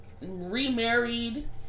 remarried